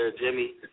Jimmy